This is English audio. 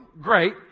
Great